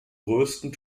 größten